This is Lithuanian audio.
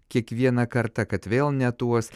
kiekvieną kartą kad vėl ne tuos